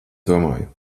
domāju